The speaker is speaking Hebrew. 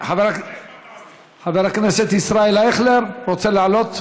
חבר הכנסת ישראל אייכלר, רוצה לעלות?